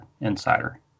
insider